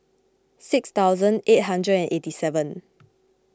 six thousand eight hundred and eighty seven